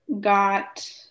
got